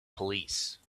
police